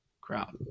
crowd